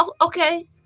Okay